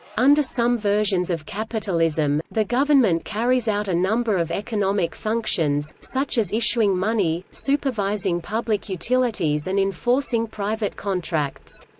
under some versions of capitalism, the government carries out a number of economic functions, such as issuing money, supervising public utilities and enforcing private contracts.